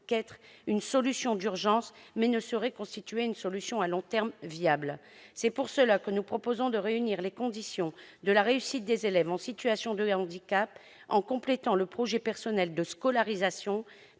qu'une solution d'urgence, et non une solution viable à long terme. C'est pourquoi nous proposons de réunir les conditions de la réussite des élèves en situation de handicap en complétant le projet personnel de scolarisation